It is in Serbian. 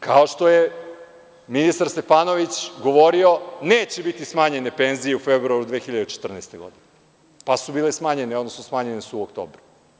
Kao što je ministar Stefanović govorio, neće biti smanjene penzije u februaru 2014. godine, pa su bile smanjene, odnosno smanjene su u oktobru.